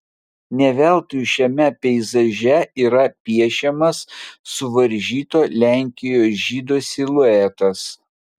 ne veltui šiame peizaže yra piešiamas suvaržyto lenkijos žydo siluetas